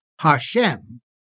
Hashem